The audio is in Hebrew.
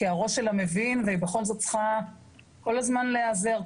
כי הראש שלה מבין והיא בכל זאת צריכה כל הזמן להיעזר,